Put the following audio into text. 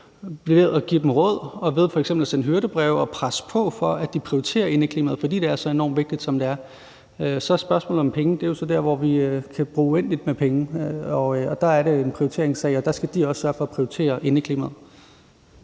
ved med at give dem råd ved f.eks. at sende hyrdebreve og presse på, for at de prioriterer indeklimaet, fordi det er så enormt vigtigt, som det er. Så er der spørgsmålet om penge, og det er jo så der, hvor vi kan bruge uendelig mange penge, og det er en prioriteringssag, og der skal de også sørge for at prioritere indeklimaet.